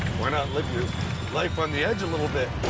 why not live your life on the edge a little bit?